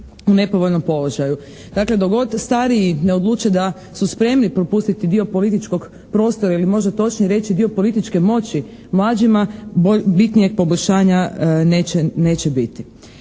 nepovoljnom položaju. Dakle dok god stariji ne odluče da su spremni propustiti dio političkog prostora ili možda točnije reći dio političke moći mlađima, bitnijeg poboljšanja neće biti.